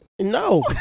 No